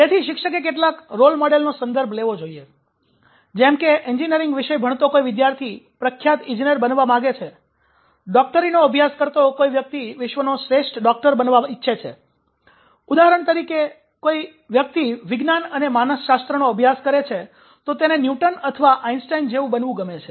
તેથી શિક્ષકે કેટલાક રોલ મોડેલનો સંદર્ભ લેવો જોઈએ જેમ કે એન્જિનિયરિંગ વિષય ભણતો કોઈ વિદ્યાર્થી પ્રખ્યાત ઇજનેર બનવા માંગે છે ડૉક્ટરીનો અભ્યાસ કરતો કોઈ વ્યક્તિ વિશ્વનો શ્રેષ્ઠ ડૉક્ટર બનવા ઇચ્છે છે ઉદાહરણ તરીકે કોઈ વ્યક્તિ વિજ્ઞાન અને માનસશાસ્ત્રનો અભ્યાસ કરે તો તેને ન્યુટન અથવા આઈન્સ્ટાઈન જેવુ બનવુ ગમે છે